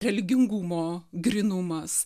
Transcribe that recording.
religingumo grynumas